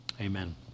amen